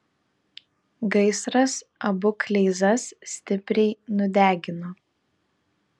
gaisras abu kleizas stipriai nudegino